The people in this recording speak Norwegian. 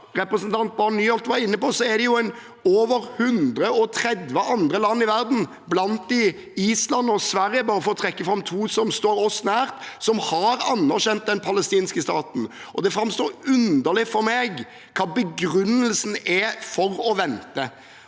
er det over 130 andre land i verden – bl.a. Island og Sverige, for å trekke fram to land som står oss nært – som har anerkjent den palestinske staten. Det framstår underlig for meg hva som er begrunnelsen for å vente.